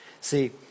See